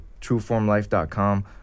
TrueFormLife.com